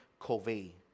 Covey